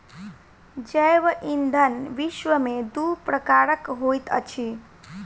जैव ईंधन विश्व में दू प्रकारक होइत अछि